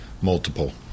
multiple